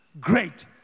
Great